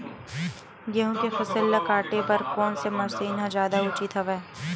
गेहूं के फसल ल काटे बर कोन से मशीन ह जादा उचित हवय?